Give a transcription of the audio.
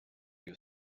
you